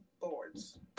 boards